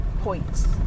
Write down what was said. points